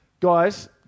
guys